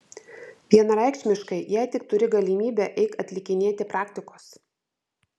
vienareikšmiškai jei tik turi galimybę eik atlikinėti praktikos